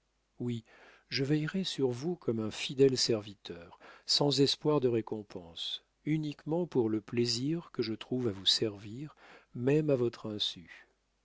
oui je veillerai sur vous comme un fidèle serviteur sans espoir de récompense uniquement pour le plaisir que je trouve à vous servir même à votre insu